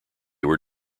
were